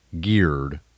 geared